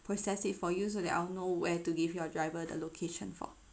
process it for use so that I'll know where to give your uh driver the location for